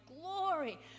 glory